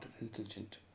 intelligent